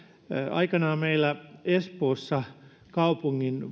aikanaan meillä espoossa kaupungin